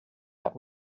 that